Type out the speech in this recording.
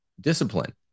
discipline